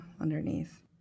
underneath